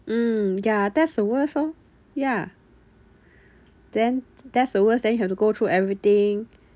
mm yeah that's the worst orh ya then that's the worst then you have to go through everything